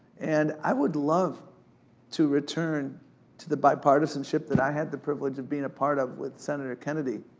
and i would love to return to the bipartisanship that i had the privilege of being a part of with senator kennedy.